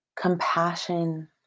compassion